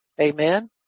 Amen